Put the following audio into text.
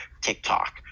TikTok